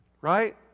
right